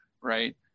right